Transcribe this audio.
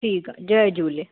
ठीकु आहे जय झूले